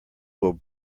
will